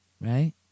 Right